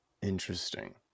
Interesting